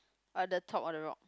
uh the top or the rock